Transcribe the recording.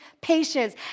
patience